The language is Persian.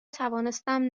توانستم